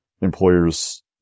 Employers